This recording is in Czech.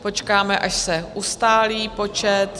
Počkáme, až se ustálí počet.